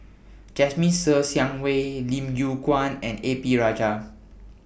Jasmine Ser Xiang Wei Lim Yew Kuan and A P Rajah